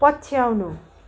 पछ्याउनु